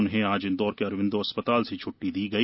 उन्हें आज इंदौर के अरविंदो अस्पताल से छुट्टी दी गई